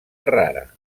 rara